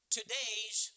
Today's